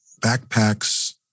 backpacks